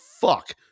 fuck